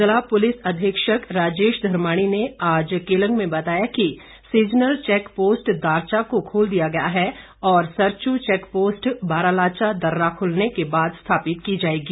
जिला पुलिस अधीक्षक राजेश धर्माणी ने आज केलंग में बताया कि सीजनल चैक पोस्ट दारचा को खोल दिया गया है और सरचू चैक पोस्ट बाराचाला दर्रा खुलने के बाद स्थापित की जाएगी